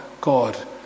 God